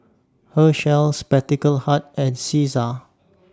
Herschel Spectacle Hut and Cesar